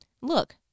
Look